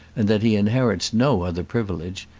and that he inherits no other privilege,